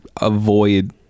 avoid